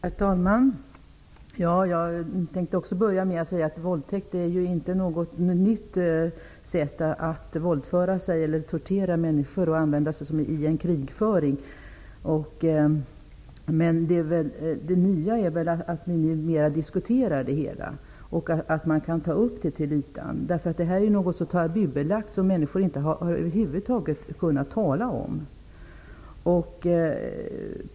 Herr talman! Jag hade tänkt att börja med att säga att våldtäkt inte är ett nytt sätt att våldföra sig på eller tortera människor, som vid krigföring. Det nya är väl att vi numera diskuterar det hela och att man kan föra upp dessa saker till ytan. Det här är ju något som varit tabubelagt, något som människor över huvud taget inte har kunnat tala om.